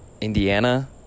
Indiana